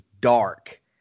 dark